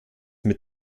mit